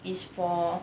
is for